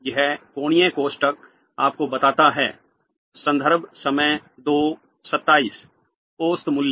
यह कोणीय कोष्ठक आपको बताता है औसत मूल्य